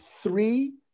three